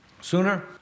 sooner